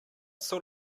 sort